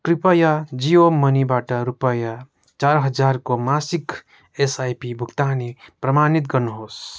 कृपया जियो मनीबाट रुपियाँ चार हजारको मासिक एसआइपी भुक्तानी प्रमाणित गर्नुहोस्